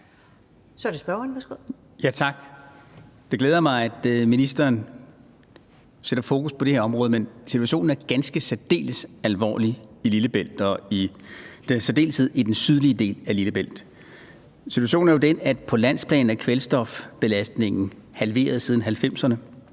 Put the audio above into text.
16:24 Nils Sjøberg (RV): Tak. Det glæder mig, at ministeren sætter fokus på det her område, men situationen er ganske og særdeles alvorlig i Lillebælt, i særdeleshed i den sydlige del af Lillebælt. Situationen er jo den, at kvælstofbelastningen på landsplan er halveret siden 1990'erne,